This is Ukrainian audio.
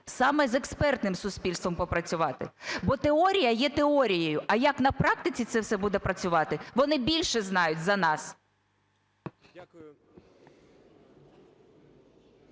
саме з експертним суспільством попрацювати? Бо теорія є теорією, а як на практиці це все буде працювати, вони більше знають за нас.